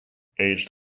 aged